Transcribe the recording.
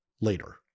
later